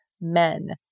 men